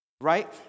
Right